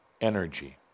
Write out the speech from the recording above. energy